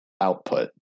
output